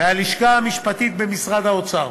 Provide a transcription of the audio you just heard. מהלשכה המשפטית במשרד האוצר